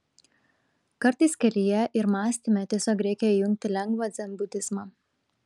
kartais kelyje ir mąstyme tiesiog reikia įjungti lengvą dzenbudizmą